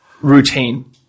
routine